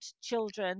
children